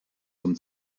zum